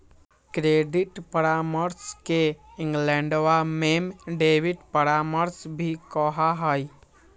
credit परामर्श के इंग्लैंडवा में डेबिट परामर्श भी कहा हई